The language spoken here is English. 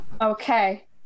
Okay